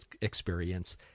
experience